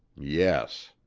yes.